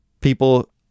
people